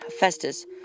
Hephaestus